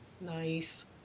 nice